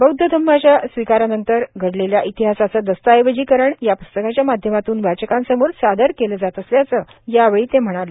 बौद्ध धम्माच्या स्विकारानंतर घडलेल्या इतिहासाचं दस्ताऐवजी करण या पुस्तकाच्या माध्यमातून वाचकांसमोर सादर केला जात असल्याचं ही आगलावे यावेळी म्हणाले